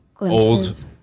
old